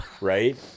right